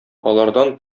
алардан